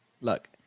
Look